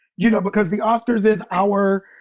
you know, because the oscars is our